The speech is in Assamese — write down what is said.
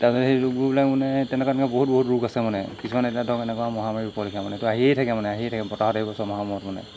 তাৰপিছত সেই ৰোগবোৰবিলাক মানে তেনেকৈ তেনেকৈ বহুত বহুত ৰোগ আছে মানে কিছুমান এতিয়া ধৰক এনেকুৱা মহামাৰী ৰোগৰলেখীয়া মানে তো আহিয়ে থাকে মানে আহিয়ে থাকে বতাহত আহিব ছমাহৰ মূৰত মানে